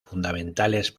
fundamentales